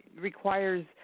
requires